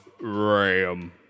Ram